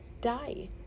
die